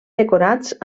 decorats